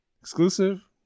exclusive